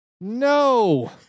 No